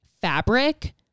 fabric